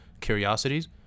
curiosities